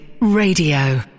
Radio